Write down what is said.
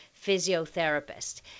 physiotherapist